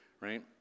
right